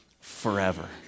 forever